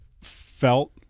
felt